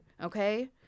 Okay